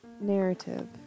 narrative